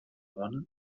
dona